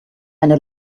eine